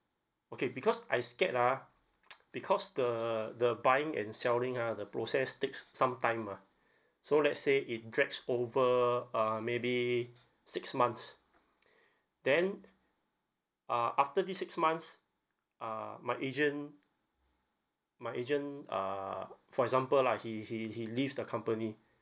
okay because I scared ah because the the buying and selling ah the process takes some time ah so let's say it drags over uh maybe six months then uh after these six months uh my agent my agent uh for example lah he he he leaves the company